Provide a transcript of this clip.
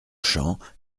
champs